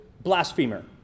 blasphemer